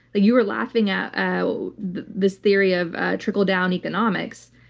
you were laughing at this theory of trickle-down economics,